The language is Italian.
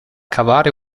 cavare